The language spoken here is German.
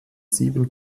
sieben